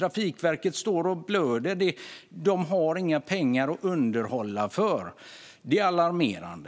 Trafikverket blöder och har inga pengar för underhåll. Det är alarmerande.